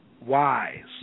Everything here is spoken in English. wise